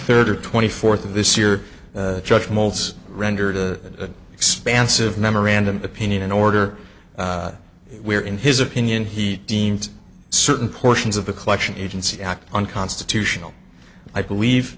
third or twenty fourth of this year judge molds rendered a expansive memorandum opinion in order where in his opinion he deemed certain portions of the collection agency act unconstitutional i